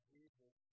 Jesus